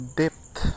depth